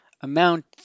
amount